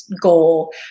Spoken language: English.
goal